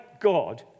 God